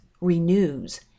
renews